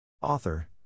Author